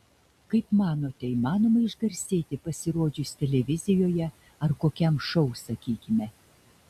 kaip manote įmanoma išgarsėti pasirodžius televizijoje ar kokiam šou sakykime